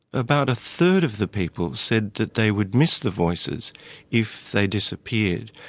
about a third of the people said that they would miss the voices if they disappeared,